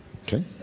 Okay